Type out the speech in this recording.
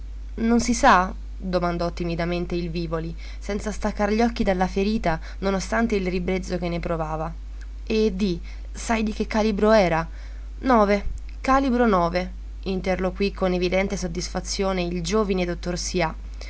non si sa domandò timidamente il vivoli senza staccar gli occhi dalla ferita non ostante il ribrezzo che ne provava e di sai di che calibro era nove calibro nove interloquì con evidente soddisfazione il giovine dottor sià